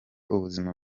ubuzima